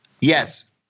yes